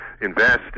invest